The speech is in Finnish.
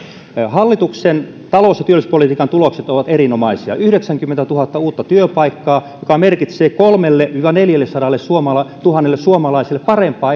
hallituksen talous ja työllisyyspolitiikan tulokset ovat erinomaisia yhdeksänkymmentätuhatta uutta työpaikkaa joka merkitsee kolmellesadalletuhannelle viiva neljällesadalletuhannelle suomalaiselle parempia